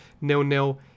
nil-nil